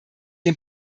dem